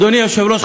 אדוני היושב-ראש,